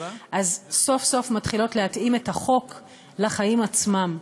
אז סוף-סוף מתחילות להתאים את החוק לחיים עצמם.